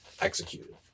executed